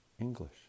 English